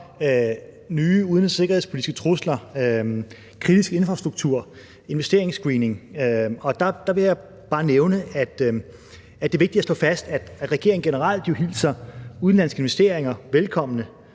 nye udenrigs– og sikkerhedspolitiske trusler, kritisk infrastruktur og investeringsscreening. Der vil jeg bare nævne, at det er vigtigt at slå fast, at regeringen generelt hilser udenlandske investeringer, uanset